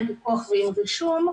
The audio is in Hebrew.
עם פיקוח ועם רישום,